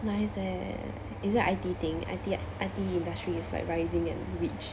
nice eh is it a I_T thing I_T I_T industry is like rising and rich